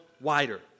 wider